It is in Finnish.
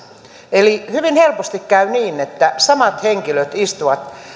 eli hyvin helposti käy niin että samat henkilöt istuvat